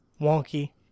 wonky